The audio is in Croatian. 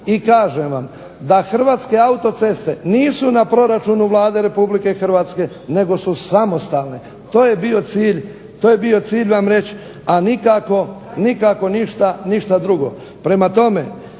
I kažem vam da Hrvatske autoceste nisu na proračunu Vlade RH nego su samostalne. To je bio cilj vam reći, a nikako ništa drugo.